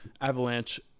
Avalanche